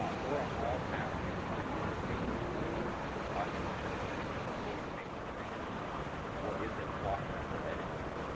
laura hall asks, are users able to listen to the audio description before you may be finished or is it locked for editing?